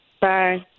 Bye